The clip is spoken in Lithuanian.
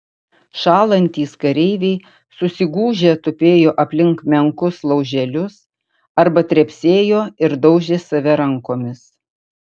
šąlantys kareiviai susigūžę tupėjo aplink menkus lauželius arba trepsėjo ir daužė save rankomis